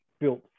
built